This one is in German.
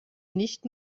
nicht